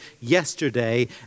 yesterday